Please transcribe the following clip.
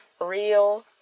real